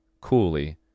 coolly